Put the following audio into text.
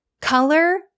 color